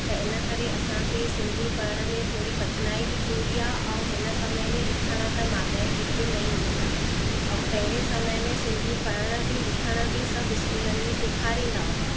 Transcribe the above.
त इन करे असांखे सिंधी पढ़ण में थोरी कठिनाई बि थींदी आहे ऐं हिन समय में लिखण त माॻेई कंहिंखे न ईंदी आहे ऐं पहिरे समय में सिंधी पढ़ण बि लिखण बि सभु इस्कूलनि में सेखारींदा हुया